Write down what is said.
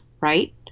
right